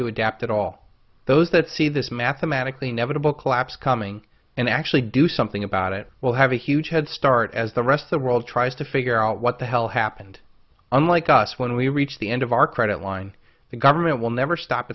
to adapt at all those that see this mathematically inevitable collapse coming and actually do something about it will have a huge head start as the rest of the world tries to figure out what the hell happened unlike us when we reach the end of our credit line the government will never stop